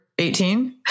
18